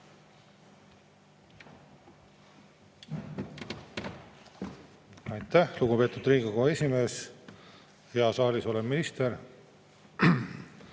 Aitäh, lugupeetud Riigikogu esimees! Hea saalis olev minister!